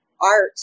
art